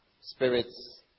spirits